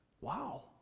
Wow